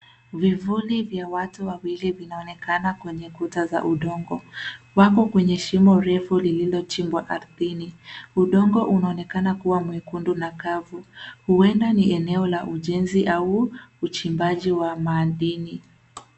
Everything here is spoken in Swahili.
Vivuli vya watu wawili vinaonekana kwenye kuta za udongo, wako kwenye shimo refu lilojibwa ardhini. Udongo unaonekana kuwa mwekundu na kavu .Huenda ni eneo la ujenzi au uchibaji wa maadini.